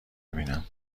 بیینم